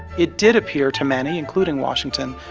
it did appear to many, including washington,